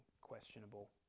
questionable